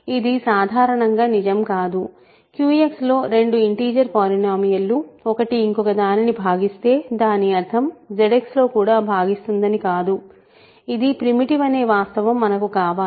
ఇది సాధారణంగా నిజం కాదు QX లో రెండు ఇంటిజర్ పోలినోమియల్ లు ఒకటి ఇంకొక దానిని భాగిస్తే దాని అర్థం అది ZX లో కూడా భాగిస్తుందని కాదు ఇది ప్రిమిటివ్ అనే వాస్తవం మనకు కావాలి